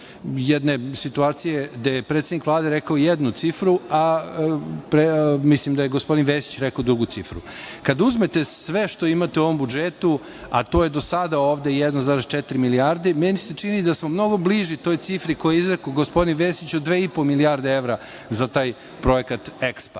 jedne situacije gde je predsednik Vlade rekao jednu cifru, a mislim da je gospodin Vesić rekao drugu cifru. Kada uzmete sve što imate u ovom budžetu, a to je do sada ovde 1,4 milijarde, meni se čini da smo mnogo bliži toj cifri koju je izrekao gospodin Vesić od dve i po milijarde evra za taj projekat